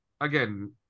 again